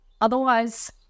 otherwise